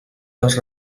les